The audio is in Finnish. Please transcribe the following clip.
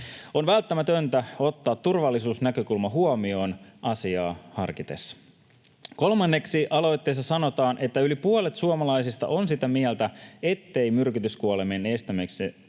On välttämätöntä ottaa turvallisuusnäkökulma huomioon asiaa harkitessa. Kolmanneksi aloitteessa sanotaan, että yli puolet suomalaisista on sitä mieltä, ettei myrkytyskuolemien estämiseksi